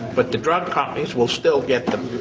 but the drug companies will still get